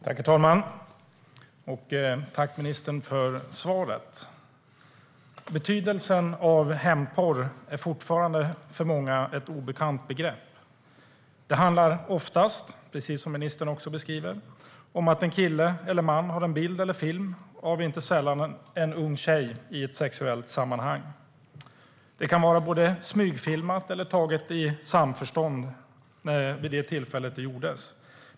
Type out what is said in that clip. Herr talman! Tack, ministern, för svaret! Hämndporr är för många fortfarande ett obekant begrepp. Precis som ministern beskriver handlar det oftast om att en kille eller man har en bild eller film av en inte sällan ung tjej i ett sexuellt sammanhang. Den kan vara smygfilmad eller tagen i samförstånd vid tillfället.